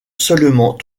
seulement